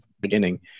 beginning